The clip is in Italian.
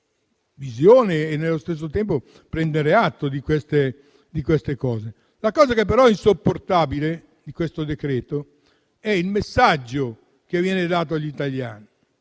La cosa insopportabile di questo decreto è il messaggio che viene dato agli italiani: